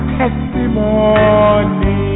testimony